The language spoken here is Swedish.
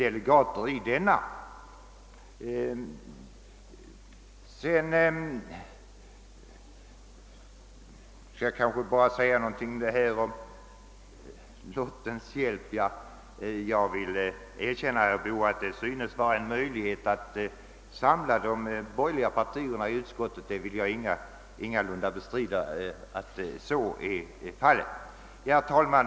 Beträffande vad herr Boo sade om att förslaget har gjorts till utskottets ge Åtgärder för att fördjupa och stärka det svenska folkstyret nom lottens hjälp vill jag endast framhålla att jag ingalunda bestrider att det synes vara möjligt att på detta sätt samla de borgerliga partierna i utskottet. Herr talman!